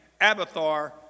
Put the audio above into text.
Abathar